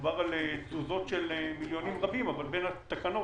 מדובר על תזוזות של מיליונים רבים אבל בין התקנות,